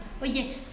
Oye